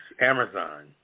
Amazon